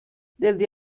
desde